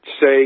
say